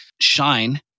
shine